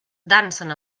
dansen